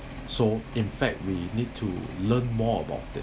so in fact we need to learn more about it